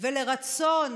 ולרצון